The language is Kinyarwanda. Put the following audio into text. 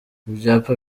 ibyapa